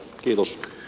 kiitos